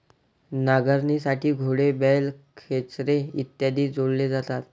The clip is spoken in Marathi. नांगरणीसाठी घोडे, बैल, खेचरे इत्यादी जोडले जातात